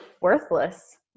worthless